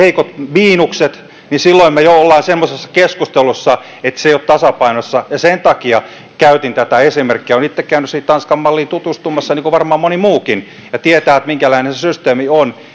miinukset silloin me jo olemme semmoisessa keskustelussa että se ei ole tasapainossa sen takia käytin tätä esimerkkiä olen itse käynyt siihen tanskan malliin tutustumassa niin kuin varmaan moni muukin ja moni muukin tietää minkälainen se systeemi on